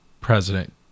president